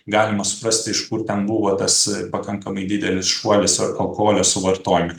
galima suprasti iš kur ten buvo tas pakankamai didelis šuolis alkoholio suvartojima